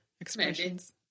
expressions